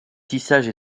tissage